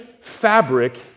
fabric